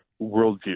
worldview